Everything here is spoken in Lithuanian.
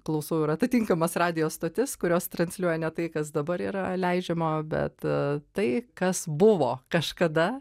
klausau ir atitinkamas radijo stotis kurios transliuoja ne tai kas dabar yra leidžiama o bet tai kas buvo kažkada